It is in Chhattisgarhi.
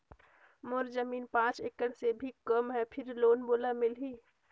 मोर जमीन पांच एकड़ से भी कम है फिर लोन मोला मिलही?